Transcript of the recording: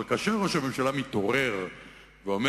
אבל כאשר ראש הממשלה מתעורר ואומר,